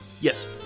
Yes